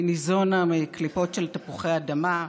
היא ניזונה מקליפות של תפוחי אדמה.